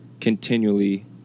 continually